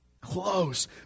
Close